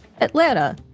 Atlanta